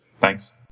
Thanks